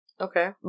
Okay